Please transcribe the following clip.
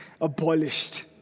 abolished